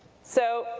so,